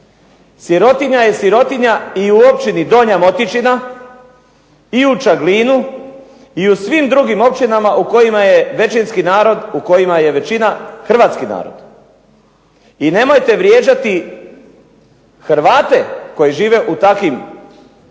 Sirotinja je sirotinja i u Općini Donja Motičina, i u Čaglinu i u svim drugim općinama u kojima je većinski narod u kojima je većina hrvatski narod. I nemojte vrijeđati Hrvate koji žive u takvim općinama